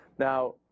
Now